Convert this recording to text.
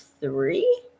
three